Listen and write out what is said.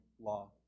law